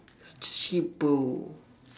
it's cheapo